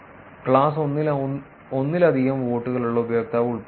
class 1 ൽ ഒന്നിലധികം വോട്ടുകളുള്ള ഉപയോക്താവ് ഉൾപ്പെടുന്നു